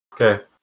Okay